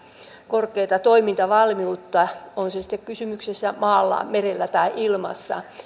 korkeaa toimintavalmiutta on se sitten kysymyksessä maalla merellä tai ilmassa